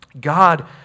God